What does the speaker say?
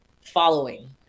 following